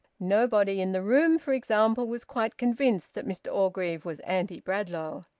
nobody in the room, for example, was quite convinced that mr orgreave was anti-bradlaugh.